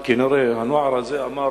אבל כנראה הנוער הזה אמר,